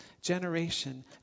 generation